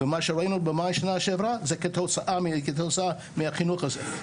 ומה שראינו במאי שנה שעברה זה כתוצאה מהחינוך הזה.